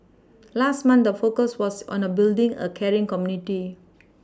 last month the focus was on building a caring community